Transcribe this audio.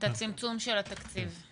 הצימצום של התקציב?